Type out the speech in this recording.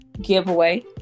giveaway